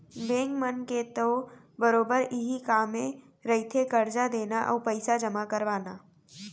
bank मन के तो बरोबर इहीं कामे रहिथे करजा देना अउ पइसा जमा करवाना